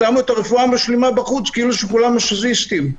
שמו את הרפואה המשלימה בחוץ כאילו שכולם מסז'יסטים,